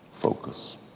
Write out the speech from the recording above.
Focus